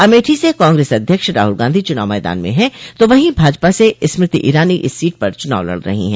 अमेठी से कांग्रेस अध्यक्ष राहुल गांधी चुनाव मैदान में है तो वहीं भाजपा से स्मृति ईरानी इस सीट पर चुनाव लड़ रही है